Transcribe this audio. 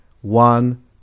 one